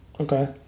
Okay